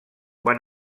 van